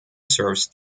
serves